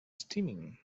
steaming